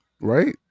right